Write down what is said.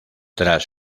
tras